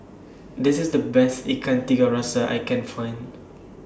This IS The Best Ikan Tiga Rasa I Can Find